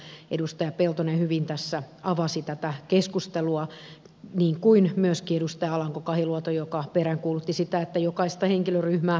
siitä edustaja peltonen hyvin tässä avasi tätä keskustelua niin kuin myöskin edustaja alanko kahiluoto joka peräänkuulutti sitä että jokaista henkilöryhmää tarvitaan